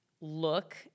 look